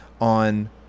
on